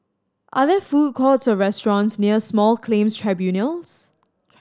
are there food courts or restaurants near Small Claims Tribunals